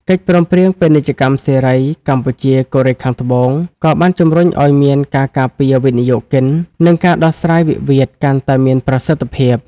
កិច្ចព្រមព្រៀងពាណិជ្ជកម្មសេរី កម្ពុជា-កូរ៉េខាងត្បូង ក៏បានជម្រុញឱ្យមានការការពារវិនិយោគិន និងការដោះស្រាយវិវាទកាន់តែមានប្រសិទ្ធភាព។